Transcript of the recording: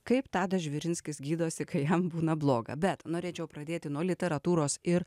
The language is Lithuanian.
kaip tadas žvirinskis gydosi kai jam būna bloga bet norėčiau pradėti nuo literatūros ir